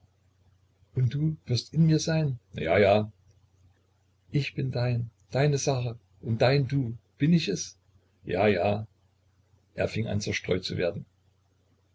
und du wirst in mir sein ja ja ich bin dein deine sache und dein du bin ich es ja ja er fing an zerstreut zu werden